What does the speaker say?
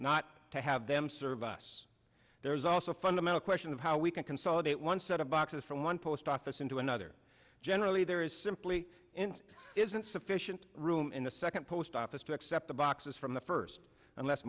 not to have them serve us there is also a fundamental question of how we can consolidate one set of boxes from one post office into another generally there is simply int isn't sufficient room in the second post office to accept the boxes from the first unless